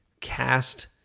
cast